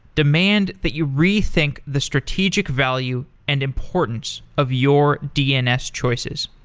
demand that you rethink the strategic value and importance of your dns choices.